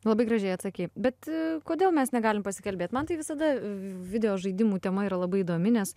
labai gražiai atsakei bet kodėl mes negalim pasikalbėt man tai visada video žaidimų tema yra labai įdomi nes